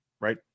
right